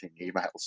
emails